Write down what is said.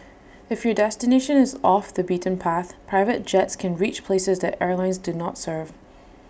if your destination is off the beaten path private jets can reach places that airlines do not serve